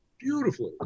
beautifully